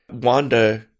Wanda